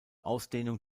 ausdehnung